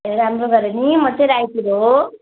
ए राम्रो गरेँ नि म चाहिँ राइटर हो